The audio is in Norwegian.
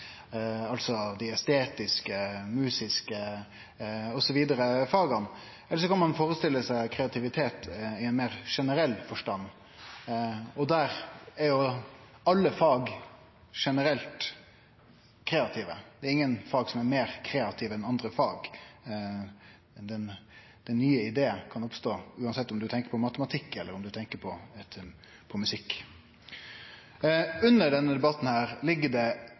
altså dei estetiske faga, dei musiske faga osv.– eller så kan ein førestille seg kreativitet i ein meir generell forstand, og der er alle fag generelt kreative. Det er ingen fag som er meir kreative enn andre. Den nye ideen kan oppstå uansett om ein tenkjer på matematikk eller om ein tenkjer på musikk. Under denne debatten ligg det